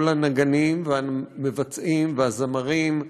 לכל הנגנים, המבצעים, הזמרים,